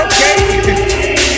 Okay